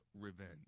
revenge